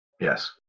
yes